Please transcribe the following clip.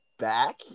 back